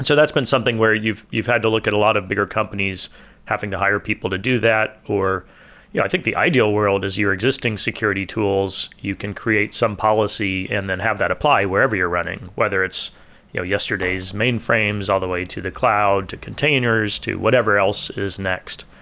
so that's been something where you've you've had to look at a lot of bigger companies having to hire people to do that. or yeah i think the ideal world is your existing security tools, you can create some policy and then have that apply wherever you're running, whether it's yesterday's mainframes, all the way to the cloud, to containers, to whatever else is next.